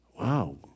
Wow